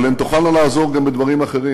אבל הן תוכלנה לעזור גם בדברים אחרים.